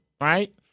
right